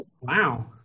Wow